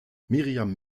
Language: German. miriam